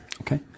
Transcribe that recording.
Okay